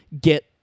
get